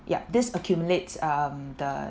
yup this accumulates um the